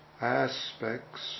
aspects